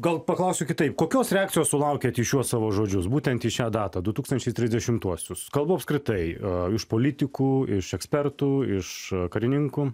gal paklausiu kitaip kokios reakcijos sulaukiat į šiuos savo žodžius būtent į šią datą du tūkstančiai trisdešimtuosius kalbu apskritai iš politikų iš ekspertų iš karininkų